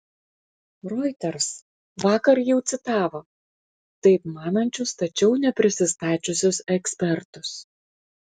reuters vakar jau citavo taip manančius tačiau neprisistačiusius ekspertus